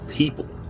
people